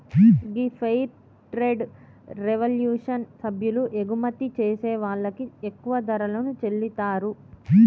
గీ fair trade revolution సభ్యులు ఎగుమతి చేసే వాళ్ళకి ఎక్కువ ధరలను చెల్లితారు